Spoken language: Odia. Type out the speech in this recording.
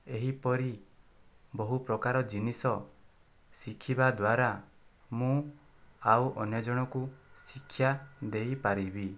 ଏହିପରି ବହୁ ପ୍ରକାର ଜିନିଷ ଶିଖିବା ଦ୍ୱାରା ମୁଁ ଆଉ ଅନ୍ୟ ଜଣଙ୍କୁ ଶିକ୍ଷା ଦେଇପାରିବି